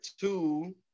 two